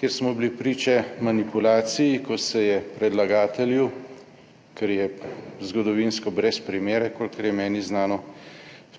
kjer smo bili priče manipulaciji, ko se je predlagatelju, ker je zgodovinsko brez primere, kolikor je meni znano,